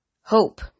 Hope